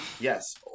Yes